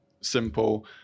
simple